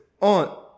on